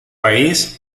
país